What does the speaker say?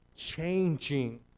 changing